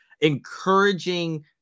encouraging